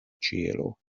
ĉielo